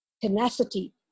tenacity